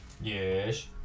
Yes